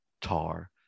tar